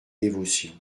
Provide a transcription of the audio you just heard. dévotions